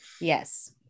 Yes